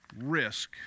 risk